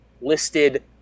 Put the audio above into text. listed